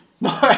No